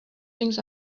things